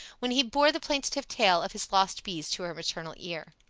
when he bore the plaintive tale of his lost bees to her maternal ear.